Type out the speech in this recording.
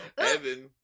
Evan